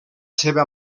seva